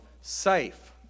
safe